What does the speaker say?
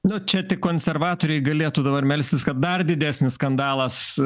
nu čia tik konservatoriai galėtų dabar melstis kad dar didesnis skandalas